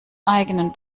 eigenen